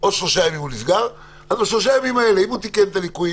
אז אם בשלושת הימים האלה הוא תיקן את הליקויים